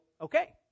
okay